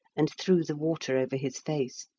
and threw the water over his face.